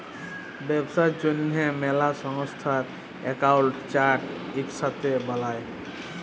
ব্যবসার জ্যনহে ম্যালা সংস্থার একাউল্ট চার্ট ইকসাথে বালায়